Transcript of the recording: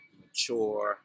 mature